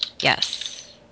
Yes